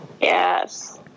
Yes